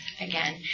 again